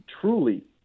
truly